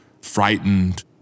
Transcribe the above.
frightened